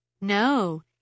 No